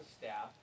staff